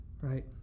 right